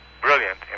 brilliant